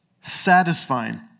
satisfying